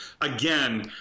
again